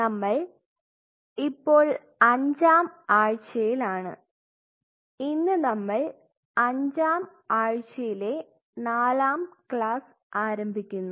നമ്മൾ ഇപ്പോൾ അഞ്ചാം ആഴ്ചയിലാണ് ആണ് ഇന്ന് നമ്മൾ അഞ്ചാം ആഴ്ചയിലെ നാലാം ക്ലാസ് ആരംഭിക്കുന്നു